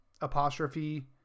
apostrophe